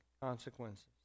consequences